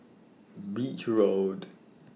Beach Road